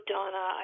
Donna